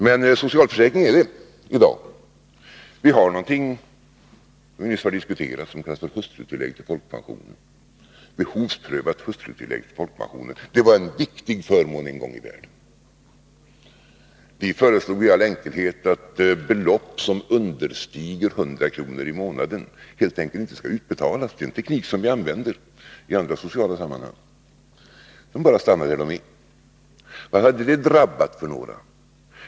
Vad debatten handlar om i dag är ju socialförsäkringen. Det finns något som kallas behovsprövat hustrutillägg till folkpensionen och som vi nyss har diskuterat. En gång i världen var det en viktig förmån. Vi föreslog att belopp som understiger 100 kr. i månaden helt enkelt inte skulle utbetalas. Det är en teknik som används i andra sociala sammanhang. Pengarna bara stannar där de är. Vilka hade det drabbat?